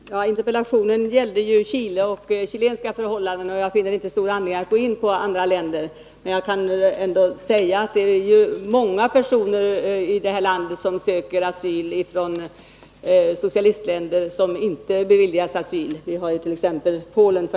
Herr talman! Interpellationen gällde ju Chile och chilenska förhållanden. Jag finner inte stor anledning att gå in på andra länder. Man jag kan ändå säga att det är många personer från socialistländer som söker asyl i det här landet men som inte beviljas asyl. F. n. gäller det t.ex. Polen.